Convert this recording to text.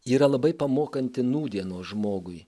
yra labai pamokanti nūdienos žmogui